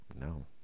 No